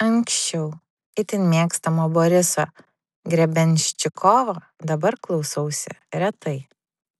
anksčiau itin mėgstamo boriso grebenščikovo dabar klausausi retai